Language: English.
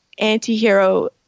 antihero